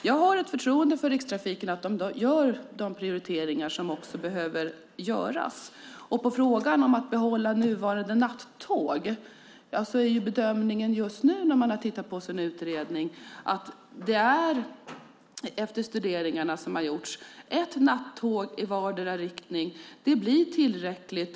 Jag har förtroende för Rikstrafiken och att de gör de prioriteringar som också behöver göras. På frågan om att behålla nuvarande nattåg vill jag svara att bedömningen just nu enligt utredningen och de studier som har gjorts är att ett nattåg i vardera riktningen blir tillräckligt.